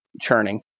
churning